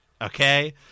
okay